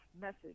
message